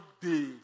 day